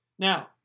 Now